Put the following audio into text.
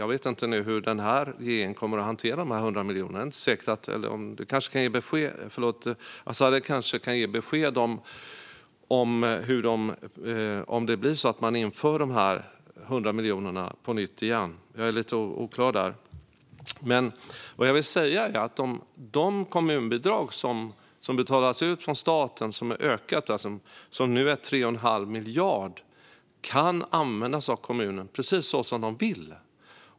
Jag vet inte hur den här regeringen kommer att hantera dessa 100 miljoner. Azadeh kanske kan ge besked om huruvida det blir så att man inför de här 100 miljonerna på nytt. Det är lite oklart för mig. De kommunbidrag som betalas ut från staten har ökat och är nu på 3 1⁄2 miljard, som kan användas av kommunerna precis så som de vill.